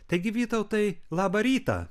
taigi vytautai labą rytą